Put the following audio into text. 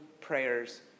prayers